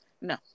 no